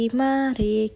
mari